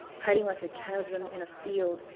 hiding like a chasm in a field,